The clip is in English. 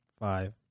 Five